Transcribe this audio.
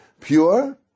pure